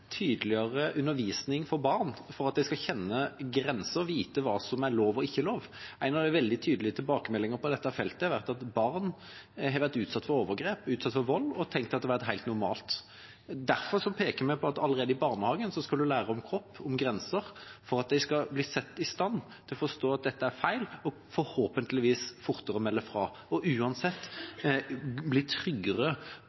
tydeligere undervisning for barn for at de skal kjenne grenser og vite hva som er lov og ikke lov. En av de veldig tydelige tilbakemeldingene på dette feltet har vært at barn som har vært utsatt for overgrep og vold, har tenkt at det var helt normalt. Derfor peker vi på at man allerede i barnehagen skal lære om kropp og om grenser for at de skal være i stand til å forstå at dette er feil og forhåpentligvis fortere melde fra, og